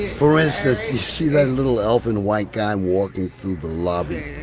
for instance, you see that little elfin white guy walking through the lobby?